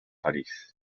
parís